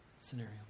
scenario